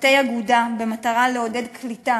בתי אגודה במטרה לעודד קליטה,